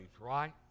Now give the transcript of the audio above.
right